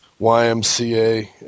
YMCA